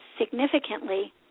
significantly